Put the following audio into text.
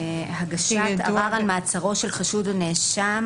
"הגשת ערר על מעצרו של חשוד או נאשם